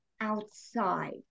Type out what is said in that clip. outside